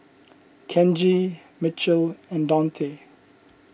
Kenji Mitchel and Daunte